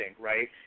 right